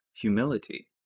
humility